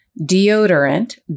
deodorant